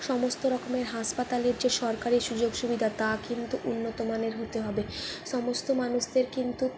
সমস্ত রকমের হাসপাতালের যে সরকারি সুযোগ সুবিধা তা কিন্তু উন্নত মানের হতে হবে সমস্ত মানুষদের কিন্তু